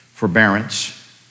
Forbearance